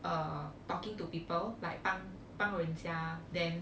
uh talking to people like 帮帮人家 then